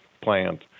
plant